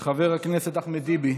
חבר הכנסת אחמד טיבי.